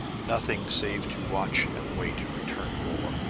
nothing, save to watch and wait, returned rolla,